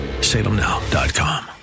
salemnow.com